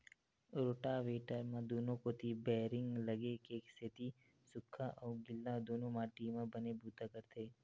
rotavator म दूनो कोती बैरिंग लगे के सेती सूख्खा अउ गिल्ला दूनो माटी म बने बूता करथे